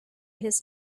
his